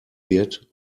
wird